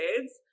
kids